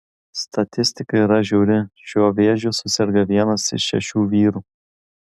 statistika yra žiauri šiuo vėžiu suserga vienas iš šešių vyrų